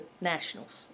nationals